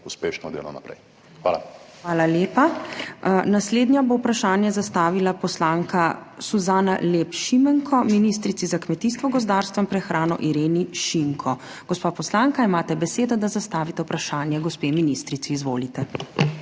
KLAKOČAR ZUPANČIČ:** Hvala lepa. Naslednja bo vprašanje zastavila poslanka Suzana Lep Šimenko ministrici za kmetijstvo, gozdarstvo in prehrano Ireni Šinko. Gospa poslanka, imate besedo, da zastavite vprašanje gospe ministrici. Izvolite.